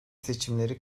seçimleri